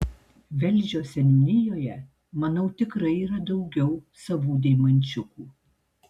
velžio seniūnijoje manau tikrai yra daugiau savų deimančiukų